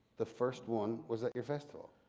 the first one was at your festival.